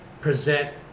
present